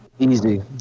Easy